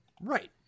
Right